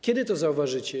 Kiedy to zauważycie?